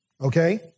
okay